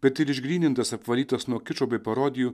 bet ir išgrynintas apvalytas nuo kičo bei parodijų